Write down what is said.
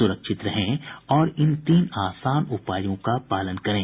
सुरक्षित रहें और इन तीन आसान उपायों का पालन करें